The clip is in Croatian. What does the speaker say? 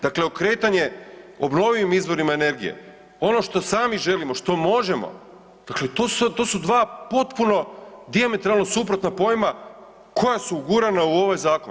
Dakle, okretanje obnovljivim izvorima energije, ono što sami želimo, što možemo, dakle to su dva potpuno dijametralno suprotna pojma koja su ugurana u ovaj zakon.